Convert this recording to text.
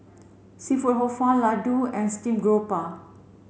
Seafood Hor Fun Laddu and steam grouper